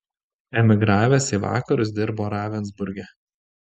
emigravęs į vakarus dirbo ravensburge